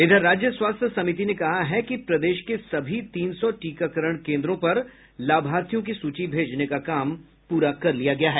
इधर राज्य स्वास्थ्य समिति ने कहा है कि प्रदेश के सभी तीन सौ टीकाकरण केन्द्रों पर लाभार्थियों की सूची भेजने का काम पूरा कर लिया गया है